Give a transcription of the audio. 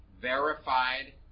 verified